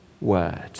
word